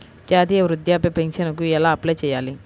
జాతీయ వృద్ధాప్య పింఛనుకి ఎలా అప్లై చేయాలి?